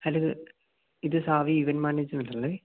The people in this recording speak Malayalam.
ഹലോ ഇത് സാവി ഇവൻ്റ് മാനേജ്മെൻറ്റ് അല്ലേ